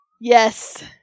Yes